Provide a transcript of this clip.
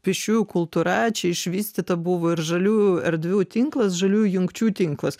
pėsčiųjų kultūra čia išvystyta buvo ir žaliųjų erdvių tinklas žaliųjų jungčių tinklas